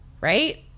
right